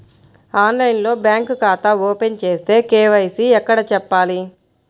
ఆన్లైన్లో బ్యాంకు ఖాతా ఓపెన్ చేస్తే, కే.వై.సి ఎక్కడ చెప్పాలి?